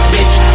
Bitch